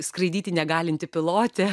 skraidyti negalinti pilotė